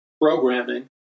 programming